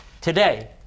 today